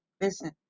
Listen